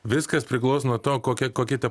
viskas priklauso nuo to kokia kokia ta